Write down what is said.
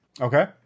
Okay